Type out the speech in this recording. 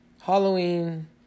Halloween